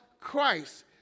Christ